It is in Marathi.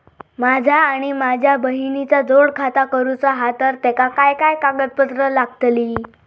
माझा आणि माझ्या बहिणीचा जोड खाता करूचा हा तर तेका काय काय कागदपत्र लागतली?